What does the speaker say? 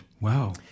Wow